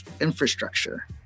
infrastructure